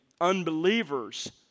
unbelievers